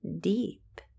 deep